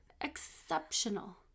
exceptional